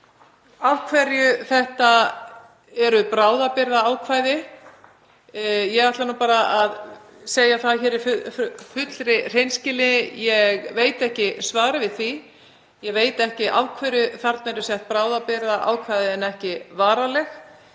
Af hverju eru þetta bráðabirgðaákvæði? Ég ætla bara að segja það í fullri hreinskilni að ég veit ekki svarið við því. Ég veit ekki af hverju þarna eru sett bráðabirgðaákvæði en ekki varanleg.